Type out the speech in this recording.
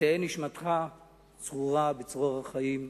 ותהא נשמתך צרורה בצרור החיים.